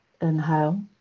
Inhale